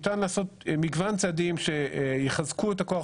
ניתן לעשות מגוון צעדים שיחזקו את הכוח